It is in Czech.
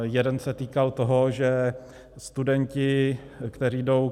Jeden se týkal toho, že studenti, kteří jdou...